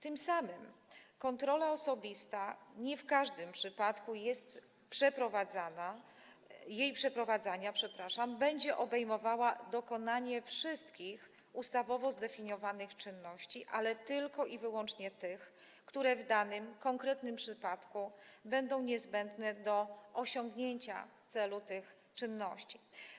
Tym samym kontrola osobista nie w każdym przypadku jej przeprowadzania będzie obejmowała dokonanie wszystkich ustawowo zdefiniowanych czynności, ale tylko i wyłącznie te, które w danym, konkretnym przypadku będą niezbędne do osiągnięcia celu tych czynności.